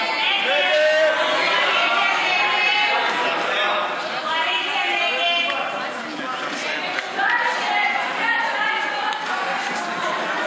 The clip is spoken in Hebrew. ההצעה להעביר לוועדה את הצעת חוק הכנסת (תיקון,